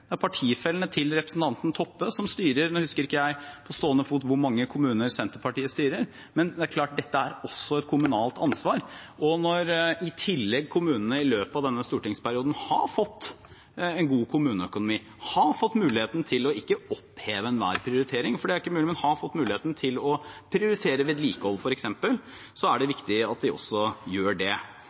det er partifellene til representanten Toppe som styrer. Nå husker ikke jeg på stående fot hvor mange kommuner Senterpartiet styrer, men det er klart at dette også er et kommunalt ansvar. Når i tillegg kommunene i løpet av denne stortingsperioden har fått en god kommuneøkonomi, har fått muligheten til ikke å oppheve enhver prioritering– for det er ikke mulig – men å prioritere vedlikehold f.eks., er det viktig at de også gjør det.